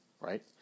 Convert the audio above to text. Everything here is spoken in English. right